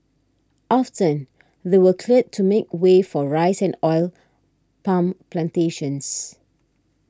often they were cleared to make way for rice and Oil Palm Plantations